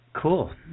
Cool